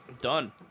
Done